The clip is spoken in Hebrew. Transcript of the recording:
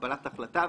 לקבלת החלטה,